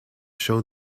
show